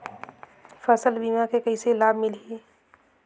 फसल बीमा के कइसे लाभ मिलही?